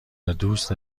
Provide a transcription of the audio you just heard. دوست